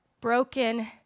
broken